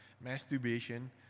masturbation